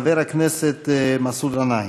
חבר הכנסת מחמוד גנאים.